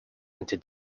into